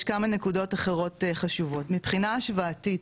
יש כמה נקודות אחרות חשובות מבחינה השוואתית,